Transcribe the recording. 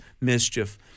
mischief